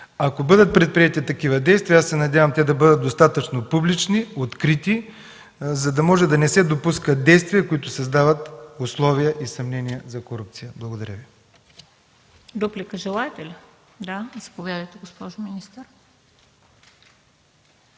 Ако бъдат предприети такива действия, аз се надявам те да бъдат достатъчно публични, открити, за да може да не се допускат действия, които създават условия и съмнения за корупция. Благодаря. ПРЕДСЕДАТЕЛ МЕНДА СТОЯНОВА: Госпожо министър,